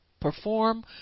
perform